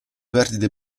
perdite